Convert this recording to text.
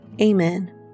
Amen